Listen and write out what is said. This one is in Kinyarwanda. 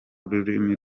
rurimi